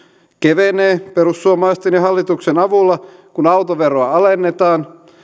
kevenee perussuomalaisten ja hallituksen avulla kun autoveroa alennetaan